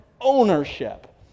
ownership